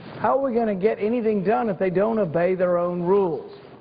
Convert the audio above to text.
how are we going to get anything done if they don't obey their own rules?